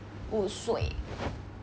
五岁